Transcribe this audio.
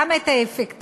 גם את האפקטיביות,